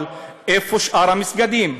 אבל איפה שאר המסגדים?